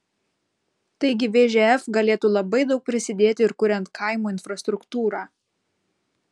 taigi vžf galėtų labai daug prisidėti ir kuriant kaimo infrastruktūrą